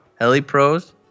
HeliPros